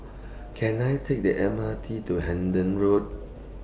Can I Take The M R T to Hendon Road